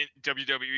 WWE